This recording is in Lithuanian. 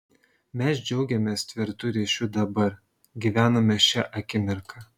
mes džiaugiamės tvirtu ryšiu dabar gyvename šia akimirka